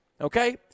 okay